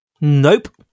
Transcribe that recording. Nope